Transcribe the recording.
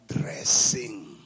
dressing